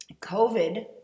COVID